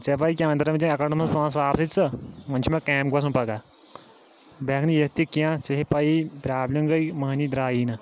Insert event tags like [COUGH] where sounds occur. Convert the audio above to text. ژےٚ پَے [UNINTELLIGIBLE] اٮ۪کاونٹَس منٛز پونٛسہٕ واپسٕے ژٕ وۄنۍ چھِ مےٚ کامہِ گژھُن پگاہ بہٕ ہیٚکہٕ نہٕ یِتھ تہِ کینٛہہ ژےٚ چھے پَیی پرٛابلِم گٔے مٔہنی درٛایی نہٕ